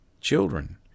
children